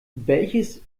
welches